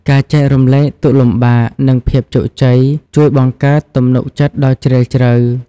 ការចែករំលែកទុក្ខលំបាក និងភាពជោគជ័យជួយបង្កើតទំនុកចិត្តដ៏ជ្រាលជ្រៅ។